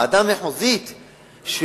ועדה מחוזית,